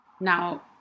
Now